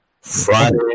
Friday